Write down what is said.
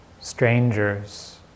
strangers